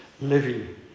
Living